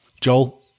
Joel